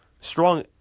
Strong